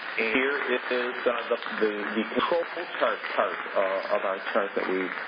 here is the the control chart part of our chart that we